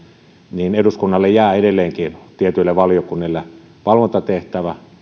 niin eduskunnalle jää edelleenkin tietyille valiokunnille valvontatehtävä